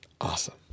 awesome